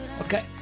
Okay